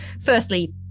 firstly